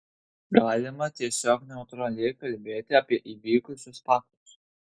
galima tiesiog neutraliai kalbėti apie įvykusius faktus